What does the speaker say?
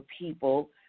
people